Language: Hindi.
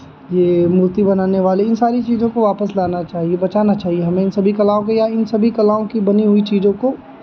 ये मूर्ति बनाने वाले इन सारी चीज़ों को वापस लाना चाहिए बचाना चाहिए हमें इन सभी कलाओं को या इन सभी कलाओं की बनी हुई चीज़ों को